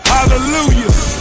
Hallelujah